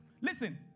Listen